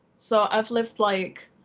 so i've lived like